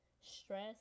stress